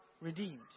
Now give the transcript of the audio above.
redeemed